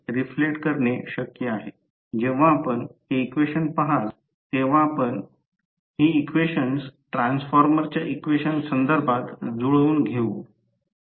तर हा squirrel cage rotor आहे आणि येथे जे काही प्रकारचे बार दिसत आहेत ते स्क्वेरिल केज रोटर आहे स्लॉट आहेत आणि प्रत्यक्षात बार लावलेले आहेत